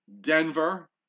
Denver